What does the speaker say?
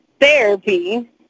therapy